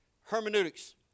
hermeneutics